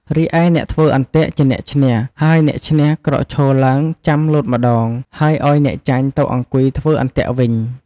រីឯអ្នកធ្វើអន្ទាក់ជាអ្នកឈ្នះ ហើយអ្នកឈ្នះក្រោកឈរឡើងចាំលោតម្ដង ហើយឲ្យអ្នកចាញ់ទៅអង្គុយធ្វើអន្ទាក់វិញ។